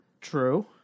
True